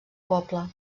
poble